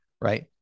right